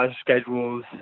schedules